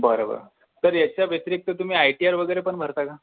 बरं बरं सर याच्या व्यतिरिक्त तुम्ही आय टी आर वगैरे पण भरता का